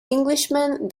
englishman